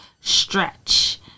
stretch